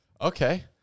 okay